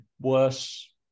worse